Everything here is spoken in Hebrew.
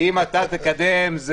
אדוני היושב-ראש, אם אתה תקדם את